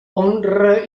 honra